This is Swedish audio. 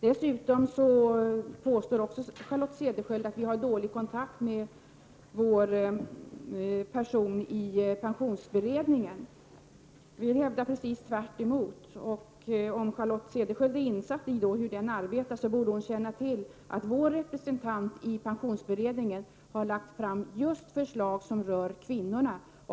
Charlotte Cederschiöld påstår dessutom att vi har dålig kontakt med vår representant i pensionsberedningen. Jag vill hävda raka motsatsen. Om Charlotte Cederschiöld är insatt i hur beredningen arbetar borde hon känna till att vår representant i pensionsberedningen har lagt fram just förslag som rör kvinnorna.